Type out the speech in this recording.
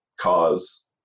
cause